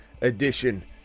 edition